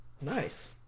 Nice